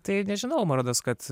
tai nežinau man rodos kad